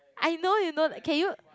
I know you know can you